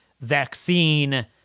vaccine